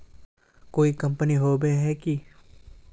कोई कंपनी होबे है की?